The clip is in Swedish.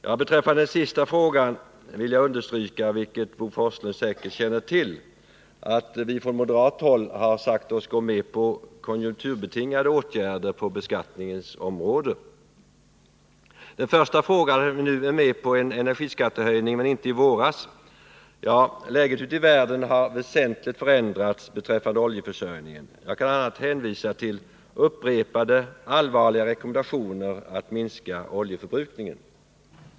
När det gäller det sista vill jag understryka — och det känner Bo Forslund säkert till — att vi från moderat håll sagt oss gå med på konjunkturbetingade åtgärder på beskattningens område. Svaret på den första frågan är att läget ute i världen beträffande oljeförsörjningen väsentligt förändrats sedan i våras. Jag kan bl.a. hänvisa till upprepade allvarliga rekommendationer att minska oljeförbrukningen.